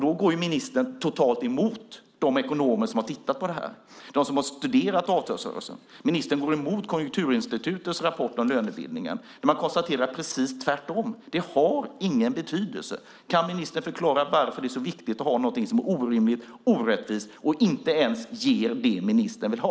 Då går ministern totalt emot de ekonomer som har tittat på det här, de som har studerat avtalsrörelsen. Ministern går emot Konjunkturinstitutets rapport om lönebildning där man konstaterar precis det motsatta: Det har ingen betydelse. Kan ministern förklara varför det är så viktigt att ha någonting som är orimligt, orättvist och inte ens ger det ministern vill ha?